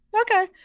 okay